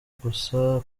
gusa